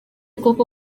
koko